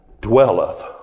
dwelleth